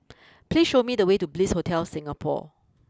please show me the way to Bliss Hotel Singapore